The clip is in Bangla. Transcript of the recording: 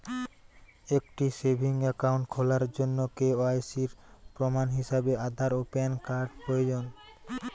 একটি সেভিংস অ্যাকাউন্ট খোলার জন্য কে.ওয়াই.সি এর প্রমাণ হিসাবে আধার ও প্যান কার্ড প্রয়োজন